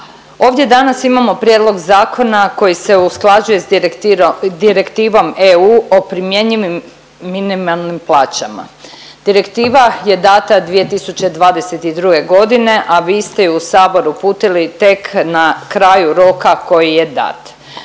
Ovdje danas imamo prijedlog zakona koji se usklađuje s Direktivom EU o primjenjivim minimalnim plaćama. Direktiva je dana 2022.g., a vi ste ju u sabor uputili tek na kraju roka koji je dat.